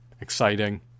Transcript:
exciting